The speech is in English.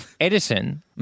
Edison